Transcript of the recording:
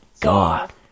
God